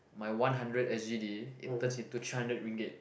my one hundred S_G_D it turns into three hundred ringgit